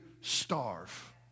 starve